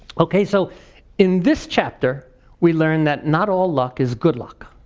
okay, so in this chapter we learn that not all luck is good luck.